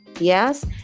Yes